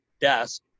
desk